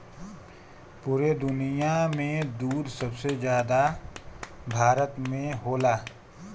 पुरे दुनिया में दूध सबसे जादा भारत में होला